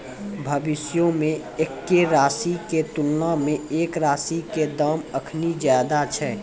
भविष्यो मे एक्के राशि के तुलना मे एक राशि के दाम अखनि ज्यादे छै